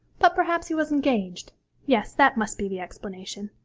but perhaps he was engaged yes, that must be the explanation.